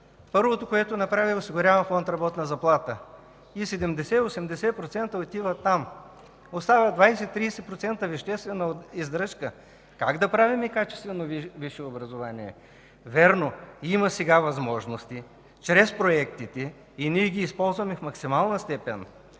първото, което да направя, е: осигурявам фонд „Работна заплата” и 70 – 80% отиват там. Остават 20 – 30% веществена издръжка. Как да правим качествено висше образование? Вярно, има сега възможности чрез проектите. И ние ги използваме в максимална степен,